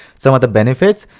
some of the benefits.